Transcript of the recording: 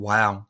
Wow